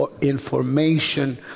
information